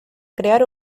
crear